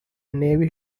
navy